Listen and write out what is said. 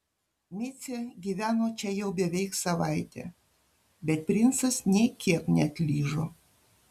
micė gyveno čia jau beveik savaitę bet princas nė kiek neatlyžo